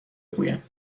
بگویم